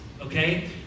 okay